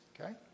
Okay